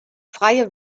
freie